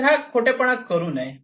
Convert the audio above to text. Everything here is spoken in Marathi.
तर हा खोटेपणा करू नये